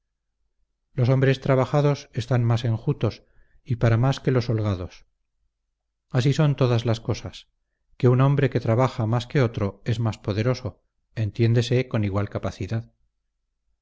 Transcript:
los hombres trabajados están más enjutos y para más que los holgados y así son todas las cosas que un hombre que trabaja más que otro es más poderoso entiendese con igual capacidad